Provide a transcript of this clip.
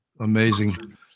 Amazing